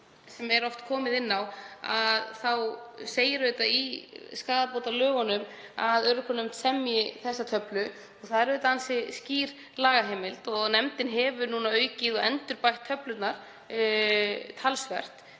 sem er oft komið inn á, þá segir auðvitað í skaðabótalögunum að örorkunefnd semji þessa töflu og það er auðvitað ansi skýr lagaheimild. Nefndin hefur aukið og endurbætt töflurnar talsvert